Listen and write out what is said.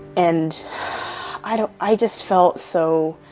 and i don't i just felt so